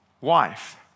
Wife